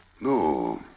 No